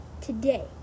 today